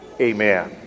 Amen